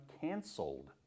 canceled